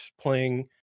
playing